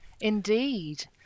indeed